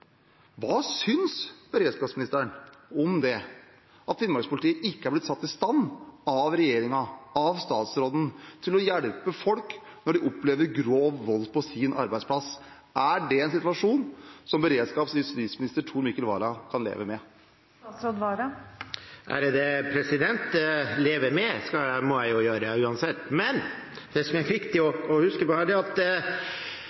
Hva synes beredskapsministeren om at Finnmark-politiet ikke har blitt satt i stand til av regjeringen, av statsråden, å hjelpe folk når de opplever grov vold på sin arbeidsplass? Er det en situasjon som justis-, beredskaps- og innvandringsminister Tor Mikkel Vara kan leve med? Leve med – det må jeg gjøre, uansett. Det som er viktig å